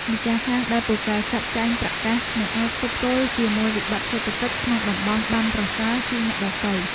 ម្ចាស់ហាងដែលពូកែចាត់ចែងប្រាក់កាសនឹងអាចទប់ទល់ជាមួយវិបត្តិសេដ្ឋកិច្ចក្នុងតំបន់បានប្រសើរជាងអ្នកដទៃ។